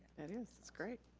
that is, it's great.